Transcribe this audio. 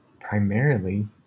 primarily